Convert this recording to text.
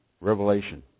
Revelation